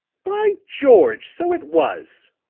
by george! so it was.